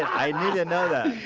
i need to know that